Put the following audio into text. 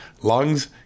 lungs